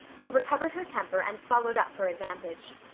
who recovered her temper and followed up her advantage.